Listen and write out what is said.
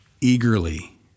eagerly